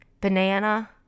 banana